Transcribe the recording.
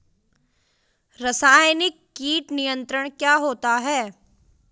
रसायनिक कीट नियंत्रण क्या होता है?